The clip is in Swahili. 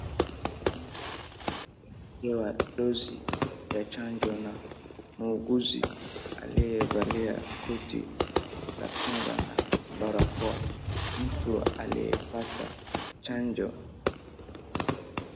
Mtu amepewa dozi ya chanjo na muuguzi aliyevalia koti la kinga na barakoa mtu aliyepata chanjo.